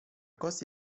costi